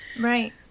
Right